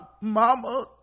mama